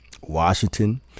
Washington